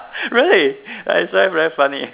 really that's why very funny